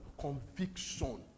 conviction